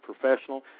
professional